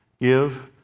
Give